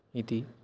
इति